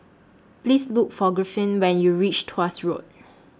Please Look For Griffith when YOU REACH Tuas Road